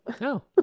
No